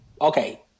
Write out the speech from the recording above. okay